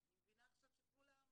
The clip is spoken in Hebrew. אני מבינה עכשיו שכולם -- לא,